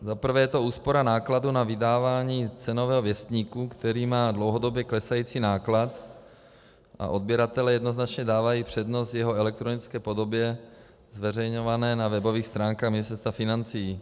Za prvé je to úspora nákladů na vydávání Cenového věstníku, který má dlouhodobě klesající náklad, a odběratelé jednoznačně dávají přednost jeho elektronické podobě zveřejňované na webových stránkách Ministerstva financí.